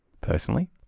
Personally